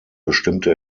bestimmte